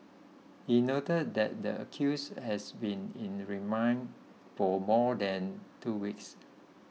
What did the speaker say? he noted that the accused has been in the remand for more than two weeks